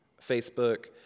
Facebook